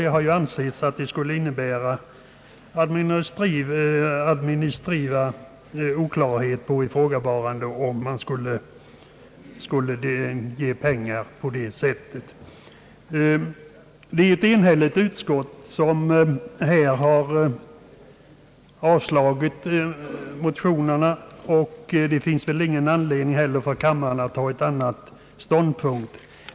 Det har ansetts att det skulle medföra administrativa oklarheter på ifrågavarande område, om man skulle ge pengar även till Jägarnas riksförbund. Det är ju ett enhälligt utskott som har avstyrkt motionerna, och det finns väl ingen anledning för kammaren att inta en annan ståndpunkt.